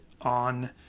on